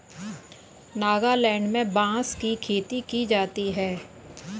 नागालैंड में बांस की खेती की जाती है